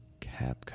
Capcom